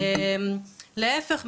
להיפך,